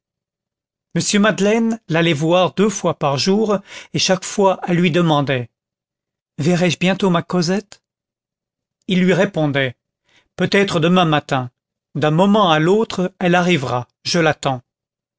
m madeleine l'allait voir deux fois par jour et chaque fois elle lui demandait verrai-je bientôt ma cosette il lui répondait peut-être demain matin d'un moment à l'autre elle arrivera je l'attends